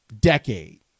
decade